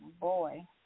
Boy